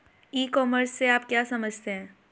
E commerce से आप क्या समझते हैं?